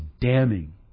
damning